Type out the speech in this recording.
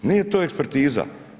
Nije to ekspertiza.